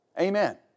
Amen